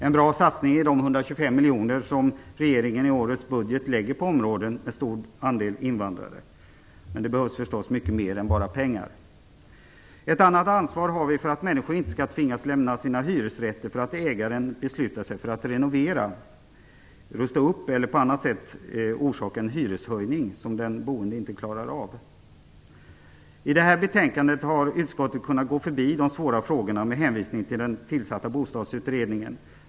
En bra satsning är de 125 miljoner som regeringen i årets budget lägger på områden med stor andel invandrare. Men det behövs förstås mycket mera än bara pengar. Ett annat ansvar har vi för att människor inte skall tvingas lämna sina hyresrätter för att ägaren beslutar sig för att renovera, rusta upp eller på annat sätt orsaka en hyreshöjning som den boende inte klarar av. I det här betänkandet har utskottet kunnat gå förbi de svåra frågorna med hänvisning till den tillsatta bostadsutredningen.